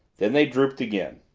then they drooped again.